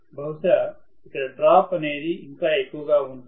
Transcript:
బహుశా ఇక్కడ డ్రాప్ అనేది ఇంకా ఎక్కువ గా ఉంటుంది